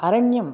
अरण्यम्